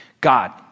God